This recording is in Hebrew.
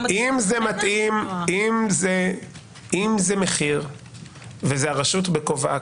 מתאים --- אם זה מחיר וזאת הרשות בכובעה